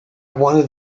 wanted